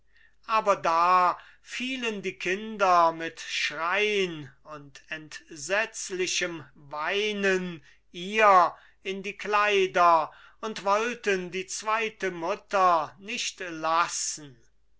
aber da fielen die kinder mit schrein und entsetzlichem weinen ihr in die kleider und wollten die zweite mutter nicht lassen